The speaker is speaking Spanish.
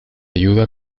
ayuda